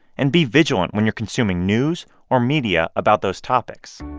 and be vigilant when you're consuming news or media about those topics.